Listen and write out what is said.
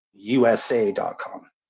USA.com